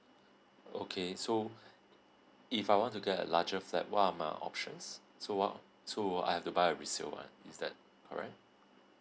okay so if I want to get a larger flat what are my options so what so I have to buy resale one is that alright